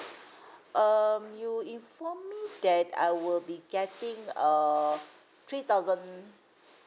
um you informed me that I will be getting err three thousand